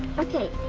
okay.